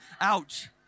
ouch